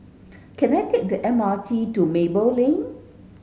can I take the M R T to Maple Lane